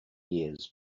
years